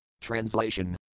Translation